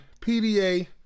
pda